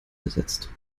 besetzt